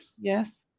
Yes